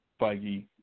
Feige